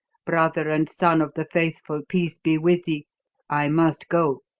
brother and son of the faithful, peace be with thee i must go,